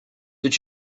did